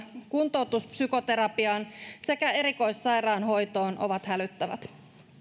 kuntoutuspsykoterapiaan sekä erikoissairaanhoitoon ovat hälyttävät